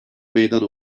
meydan